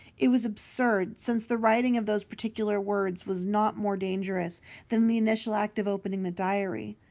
it was absurd, since the writing of those particular words was not more dangerous than the initial act of opening the diary,